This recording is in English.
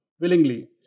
willingly